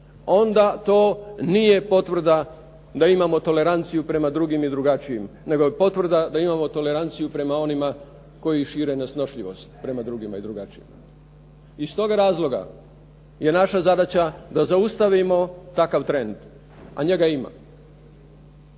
onda to nije potvrda da imamo toleranciju prema drugim i drugačijim nego je potvrda da imamo toleranciju prema onima koji šire nesnošljivost prema drugima i drugačijima. Iz toga razloga je naša zadaća da zaustavimo takav trend, a njega imamo.